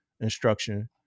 instruction